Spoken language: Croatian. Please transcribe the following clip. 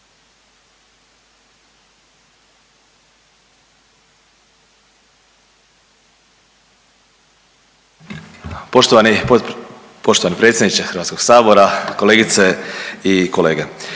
Poštovani potpredsjedniče Hrvatskog sabora, poštovane kolegice i kolege